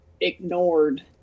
ignored